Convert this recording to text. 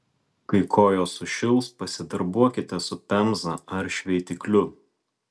kai kojos sušils pasidarbuokite su pemza ar šveitikliu